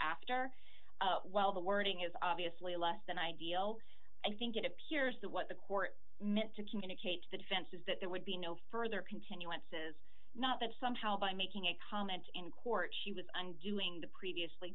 after a while the wording is obviously less than ideal i think it appears that what the court meant to communicate to the defense is that there would be no further continuance is not that somehow by making a comment in court she was undoing the previously